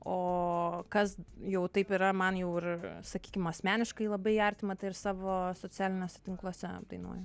o kas jau taip yra man jau ir sakykim asmeniškai labai artima tai ir savo socialiniuose tinkluose apdainuoju